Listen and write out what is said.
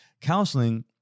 Counseling